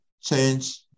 change